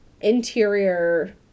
interior